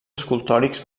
escultòrics